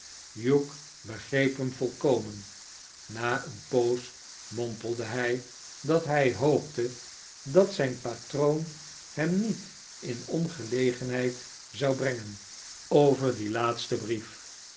begreep hem volkomen na eene poos mompelde hij dat hij hoopte dat zijn patroon hem niet in ongelegenheid zou brengen barnaby rudge barnaby rudge over dien laatsten brief